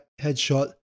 headshot